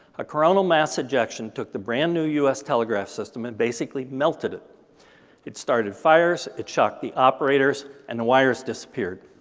a coronal mass ejection took the brand new us telegraph system and basically melted it. it started fires. it shocked the operators. and the wires disppeared.